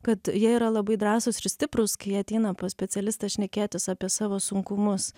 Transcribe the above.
kad jie yra labai drąsūs ir stiprūs kai ateina pas specialistą šnekėtis apie savo sunkumus